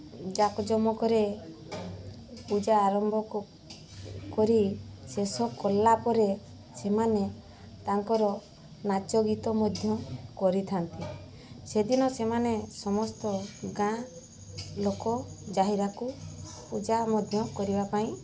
ଜାକଜମକରେ ପୂଜା ଆରମ୍ଭ କରି ଶେଷ କଲାପରେ ସେମାନେ ତାଙ୍କର ନାଚ ଗୀତ ମଧ୍ୟ କରିଥାନ୍ତି ସେଦିନ ସେମାନେ ସମସ୍ତ ଗାଁ ଲୋକ ଜାହିରାକୁ ପୂଜା ମଧ୍ୟ କରିବା ପାଇଁ